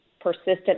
persistent